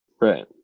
Right